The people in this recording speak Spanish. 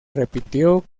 repitió